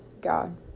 God